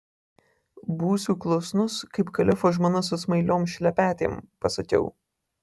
būsiu klusnus kaip kalifo žmona su smailiom šlepetėm pasakiau